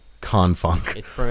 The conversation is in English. con-funk